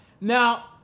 Now